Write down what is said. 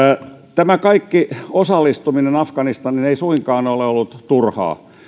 tämä kaikki osallistuminen afganistaniin ei suinkaan ole ollut turhaa